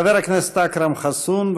חבר הכנסת אכרם חסון,